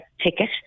ticket